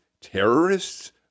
terrorists